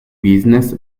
business